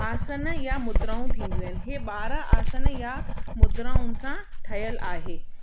आसन या मुद्राऊं थींदियूं आहिनि हिअ ॿारहं आसन या मुद्राऊंनि सां ठहियल आहे